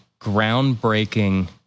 groundbreaking